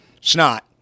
snot